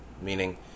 meaning